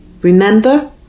Remember